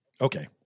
Okay